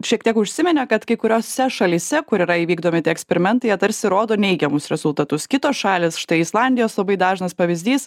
šiek tiek užsiminė kad kai kuriose šalyse kur yra įvykdomi tie eksperimentai jie tarsi rodo neigiamus rezultatus kitos šalys štai islandijos labai dažnas pavyzdys